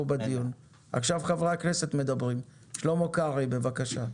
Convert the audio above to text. עכשיו חברי הכנסת מדברים, שלמה קרעי בבקשה.